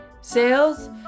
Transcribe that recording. Sales